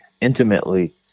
intimately